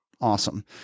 awesome